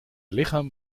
lichaam